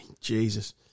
Jesus